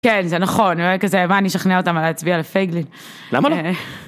כן זה נכון, מה אני אשכנע אותם להצביע לפייגלין? למה לא?